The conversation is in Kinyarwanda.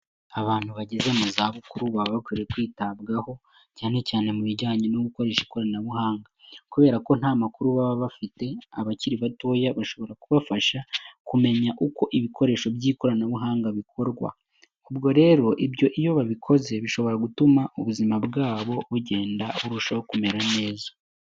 Abantu bageze mu zabukuru baba bakwiriye kwitabwaho, cyane cyane mu bijyanye no gukoresha ikoranabuhanga kubera ko nta makuru baba bafite, abakiri batoya bashobora kubafasha kumenya uko ibikoresho by'ikoranabuhanga bikorwa. Ubwo rero ibyo iyo babikoze bishobora gutuma ubuzima bwabo bugenda burushaho kumera neza.